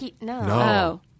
No